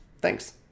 Thanks